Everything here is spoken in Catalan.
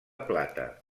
plata